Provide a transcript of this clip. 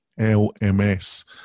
LMS